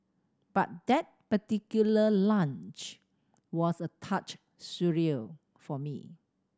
but that particular lunch was a touch surreal for me